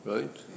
Right